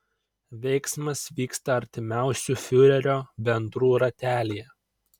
veiksmas vyksta artimiausių fiurerio bendrų ratelyje